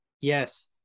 Yes